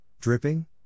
dripping